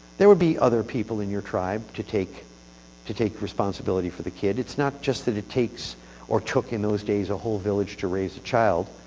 there would be other people in your tribe to take to take responsibility for the kid. it's not just that it takes or took, in those days, a whole village to raise a child.